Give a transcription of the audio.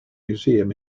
museum